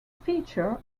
feature